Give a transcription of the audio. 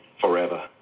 forever